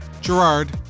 Gerard